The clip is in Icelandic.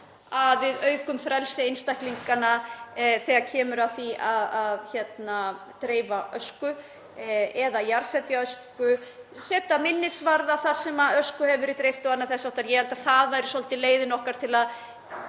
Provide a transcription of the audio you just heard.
að við aukum frelsi einstaklinganna þegar kemur að því að dreifa ösku eða jarðsetja ösku, setja minnisvarða þar sem ösku hefur verið dreift og annað þess háttar. Ég held að það væri svolítið leiðin okkar til að